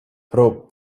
pro